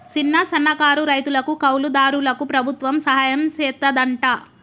సిన్న, సన్నకారు రైతులకు, కౌలు దారులకు ప్రభుత్వం సహాయం సెత్తాదంట